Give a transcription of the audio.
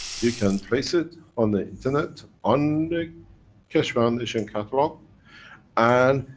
you can place it on the internet, on the keshe foundation catalog and,